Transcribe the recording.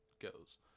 goes